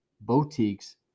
boutiques